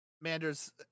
manders